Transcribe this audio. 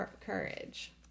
courage